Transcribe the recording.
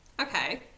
okay